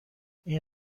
این